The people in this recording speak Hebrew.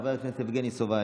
חבר הכנסת יבגני סובה,